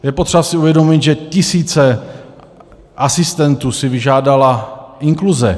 Je potřeba si uvědomit, že tisíce asistentů si vyžádala inkluze.